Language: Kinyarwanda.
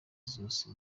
zose